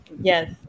Yes